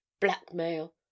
Blackmail